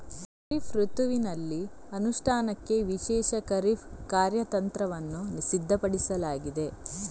ಖಾರಿಫ್ ಋತುವಿನಲ್ಲಿ ಅನುಷ್ಠಾನಕ್ಕೆ ವಿಶೇಷ ಖಾರಿಫ್ ಕಾರ್ಯತಂತ್ರವನ್ನು ಸಿದ್ಧಪಡಿಸಲಾಗಿದೆ